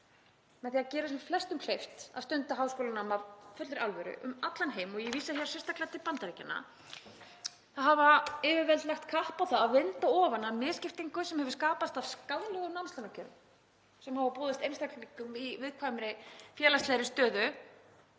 með því að gera sem flestum kleift að stunda háskólanám af fullri alvöru. Um allan heim, og ég vísa hér sérstaklega til Bandaríkjanna, hafa yfirvöld lagt kapp á að vinda ofan af misskiptingu sem hefur skapast af skaðlegum námslánakerfum sem hafa boðist einstaklingum í viðkvæmri félagslegri stöðu